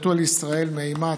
סיווג מיוחד של גנבת